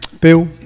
Bill